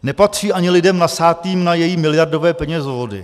Nepatří ani lidem nasátým na její miliardové penězovody.